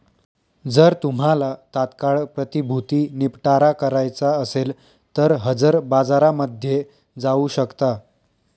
जर तुम्हाला तात्काळ प्रतिभूती निपटारा करायचा असेल तर हजर बाजारामध्ये जाऊ शकता